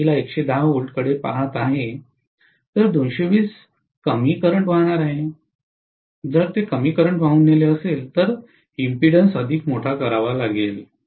तर जर मी V कडे पहात आहे तर 220 कमी करंट वाहणार आहे जर ते कमी करंट वाहून नेले असेल तर इम्पीडेन्सस अधिक मोठा करावा लागेल